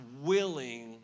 willing